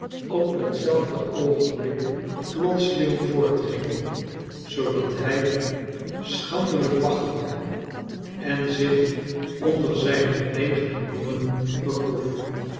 op hetzelfde oogenblik plotseling voortging zoodat hij schandelijk waggelde en zich onder zijne eigene bloemen begroef